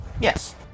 Yes